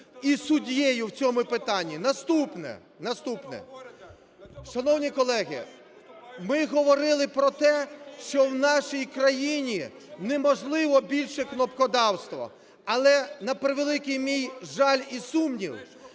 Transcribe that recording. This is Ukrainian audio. і суддею в цьому питанні. Наступне, наступне. Шановні колеги! Ми говорили про те, що в нашій країні неможливе більше кнопкодавство, але, на превеликий мій жаль і сумнів,